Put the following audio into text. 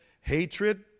Hatred